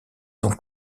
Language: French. sont